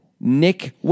Nick